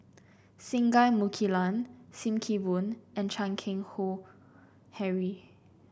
Singai Mukilan Sim Kee Boon and Chan Keng Howe Harry